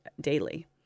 daily